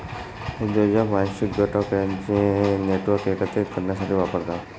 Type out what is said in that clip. उद्योजक वांशिक गट त्यांचे नेटवर्क एकत्रित करण्यासाठी वापरतात